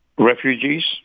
refugees